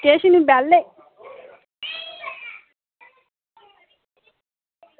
किश निं बेह्ले